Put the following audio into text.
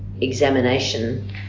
examination